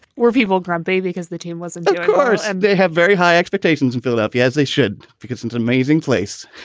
where people grabbed baby because the team wasn't because and they have very high expectations in philadelphia as they should be. goodson's amazing place.